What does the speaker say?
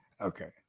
Okay